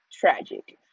tragic